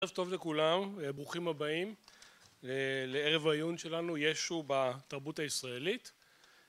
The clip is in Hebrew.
ערב טוב לכולם ברוכים הבאים לערב העיון שלנו ישו בתרבות הישראלית